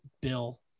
bill